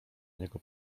niego